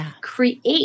create